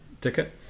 ticket